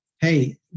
hey